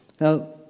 Now